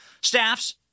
staffs